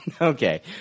okay